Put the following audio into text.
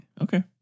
Okay